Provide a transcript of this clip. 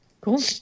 Cool